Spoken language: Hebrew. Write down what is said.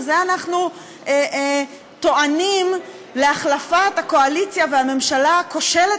על זה אנחנו טוענים להחלפת הקואליציה והממשלה הכושלת